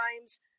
times